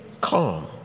calm